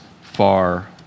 far